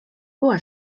była